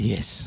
Yes